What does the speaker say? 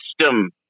system